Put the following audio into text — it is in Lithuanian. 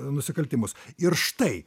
nusikaltimus ir štai